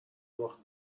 باخت